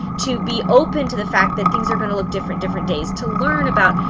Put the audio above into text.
to be open to the fact that things are going to look different, different days. to learn about,